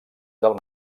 del